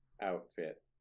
outfit